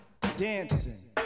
dancing